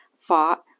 fought